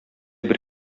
бер